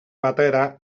batera